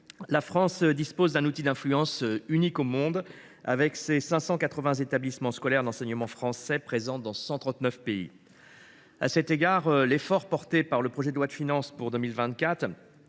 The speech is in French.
la France dispose d’un outil d’influence unique au monde, avec ses 580 établissements scolaires d’enseignement français présents dans 139 pays. À cet égard, s’il va dans le bon sens, l’effort porté par le projet de loi de finances pour 2024